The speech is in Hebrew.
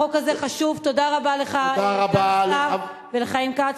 החוק הזה חשוב, תודה רבה לך ולשר, ולחיים כץ.